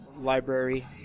Library